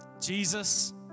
Jesus